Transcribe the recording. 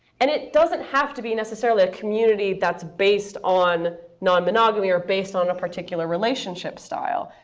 and it doesn't have to be necessarily a community that's based on non-monogamy or based on a particular relationship style.